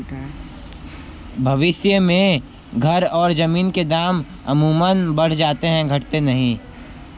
भविष्य में घर और जमीन के दाम अमूमन बढ़ जाते हैं घटते नहीं